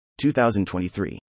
2023